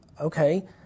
okay